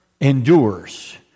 endures